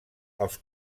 els